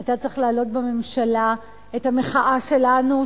אתה צריך להעלות בממשלה את המחאה שלנו,